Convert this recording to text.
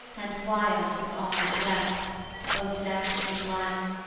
and wild with all regret o death in life,